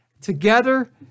Together